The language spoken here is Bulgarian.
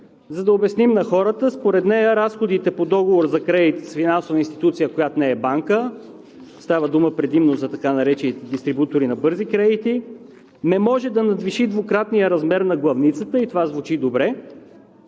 За да обясним на хората – според нея разходите по договора за кредит с финансова институция, която не е банка, става дума предимно за така наречените дистрибутори на бързи кредити, не може да надвиши двукратния размер на главницата, и това звучи добре.